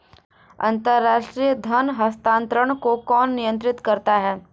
अंतर्राष्ट्रीय धन हस्तांतरण को कौन नियंत्रित करता है?